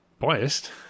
Biased